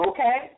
Okay